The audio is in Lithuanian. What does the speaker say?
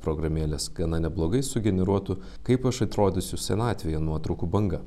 programėlės gana neblogai sugeneruotų kaip aš atrodysiu senatvėje nuotraukų banga